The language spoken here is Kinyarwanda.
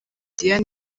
diane